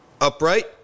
upright